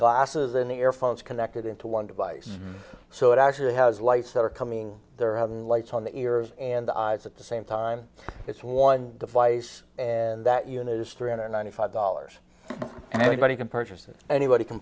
glasses in the air phones connected into one device so it actually has lights that are coming they're having lights on the ears and eyes at the same time it's one device and that unit is three hundred ninety five dollars and anybody can purchase it anybody can